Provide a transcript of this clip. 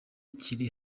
kiri